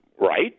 right